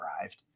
arrived